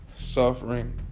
suffering